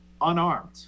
unarmed